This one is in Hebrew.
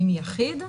אם יחיד,